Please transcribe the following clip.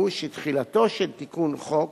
והוא שתחילתו של תיקון חוק